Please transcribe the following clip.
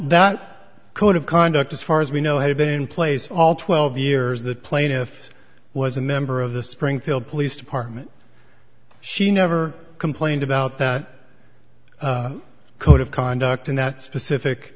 that code of conduct as far as we know have been in place all twelve years that plaintiff was a member of the springfield police department she never complained about that code of conduct in that specific